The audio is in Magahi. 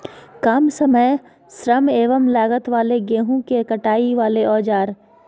काम समय श्रम एवं लागत वाले गेहूं के कटाई वाले औजार?